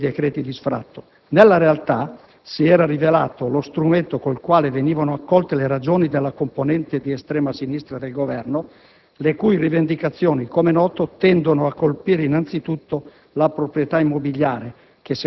dei decreti di sfratto, nella realtà, si era rivelato lo strumento con il quale venivano accolte le ragioni della componente di estrema sinistra del Governo, le cui rivendicazioni, come noto, tendono a colpire innanzitutto la proprietà immobiliare